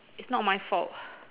it's not my fault